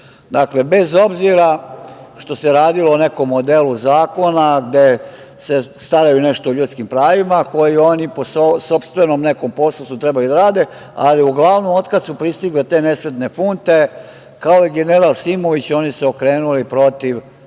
evra. Dakle, bez obzira što se radilo o nekom modelu zakona gde se staraju nešto o ljudskim pravima, koji oni po sopstvenom nekom poslu su trebali da rade, ali uglavnom, od kada su pristigle te nesretne funte, kao general Simović, oni su se okrenuli protiv